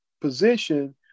position